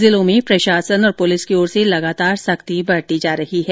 जिलों में प्रशासन और पुलिस की ओर से लगातार सख्ती बरती जा रही है